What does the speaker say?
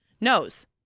knows